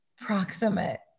proximate